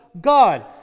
God